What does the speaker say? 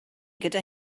gyda